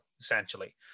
essentially